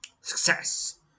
Success